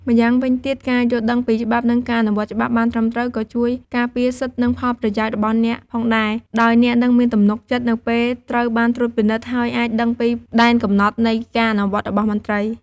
ម្យ៉ាងវិញទៀតការយល់ដឹងពីច្បាប់ និងការអនុវត្តច្បាប់បានត្រឹមត្រូវក៏ជួយការពារសិទ្ធិ និងផលប្រយោជន៍របស់អ្នកផងដែរ ដោយអ្នកនឹងមានទំនុកចិត្តនៅពេលត្រូវបានត្រួតពិនិត្យ ហើយអាចដឹងពីដែនកំណត់នៃការអនុវត្តរបស់មន្ត្រី។។